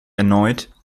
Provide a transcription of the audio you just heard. erneut